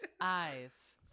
Eyes